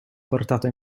portato